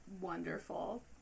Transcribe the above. wonderful